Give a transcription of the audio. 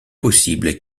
possible